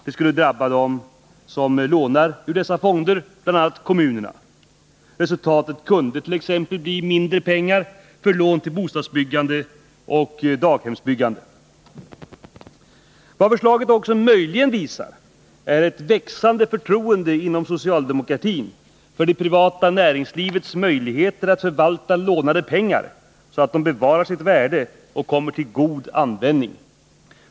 Det skulle drabba dem som lånar ur dessa fonder, bl.a. kommunerna. Resultatet kunde t.ex. bli mindre pengar för lån till bostadsbyggandet och daghemsbyggandet. Vad förslaget möjligen också visar på är ett växande förtroende inom socialdemokratin för det privata näringslivets möjligheter att förvalta lånade pengar, så att de bevarar sitt värde och kommer till god användning.